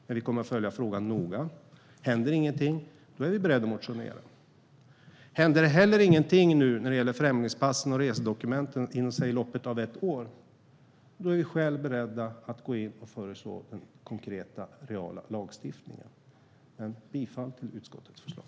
Men vi kommer att följa frågan noga. Om det inte händer någonting är vi beredda att motionera. Om det inte heller händer någonting nu när det gäller främlingspassen och resedokumenten inom, säg, loppet av ett år är vi själva beredda att gå in och föreslå den konkreta reala lagstiftningen. Jag yrkar bifall till utskottets förslag.